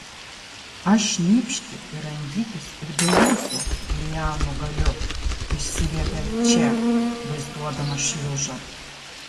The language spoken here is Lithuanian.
aš šnypšti ir rangytis ir be jūsų lianų galiu išsiviepė če vaizduodamas šliužą